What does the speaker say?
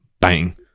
Bang